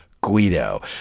Guido